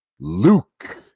luke